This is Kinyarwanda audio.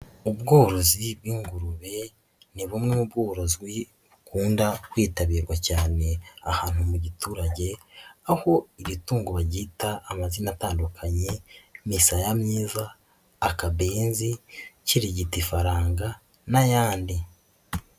Ubworozi bwgurube ni bumwe mu bworozi bukunda kwitabirwa cyane ahantu mu giturage aho iri tungo baryita amazina atandukanye: misaya myiza, akabeyenzi, kirigita ifaranga n'ayandi.